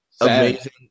Amazing